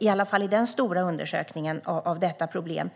Enligt den stora undersökningen sker en minskning av problemet.